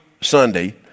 Sunday